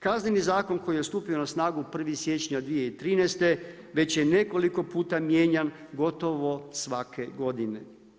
Kazneni zakon koji je stupio na snagu 1. siječnja 2013., već je nekoliko puta mijenjan, gotovo svake godine.